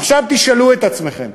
עכשיו תשאלו את עצמכם,